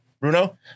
Bruno